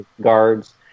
Guards